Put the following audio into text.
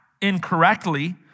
incorrectly